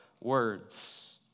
words